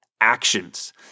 actions